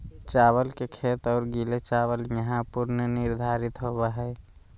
चावल के खेत और गीले चावल यहां पुनर्निर्देशित होबैय हइ